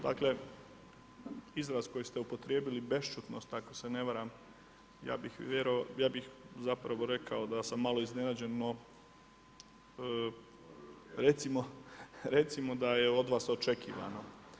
Dakle, izraz koji ste upotrijebili, bešćutnost ako se ne varam, ja bih zapravo rekao da sam malo iznenađen, no recimo da je od vas očekivano.